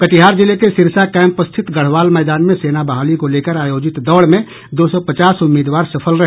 कटिहार जिले के सिरसा कैंप स्थित गढ़वाल मैदान में सेना बहाली को लेकर आयोजित दौड़ में दो सौ पचास उम्मीदवार सफल रहे